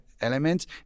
elements